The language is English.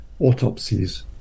autopsies